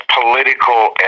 political